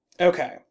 Okay